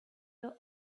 were